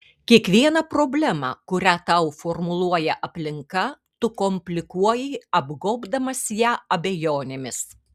kiekvieną problemą kurią tau formuluoja aplinka tu komplikuoji apgobdamas ją abejonėmis